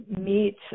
meet